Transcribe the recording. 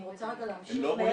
אני רוצה רגע להמשיך מעבר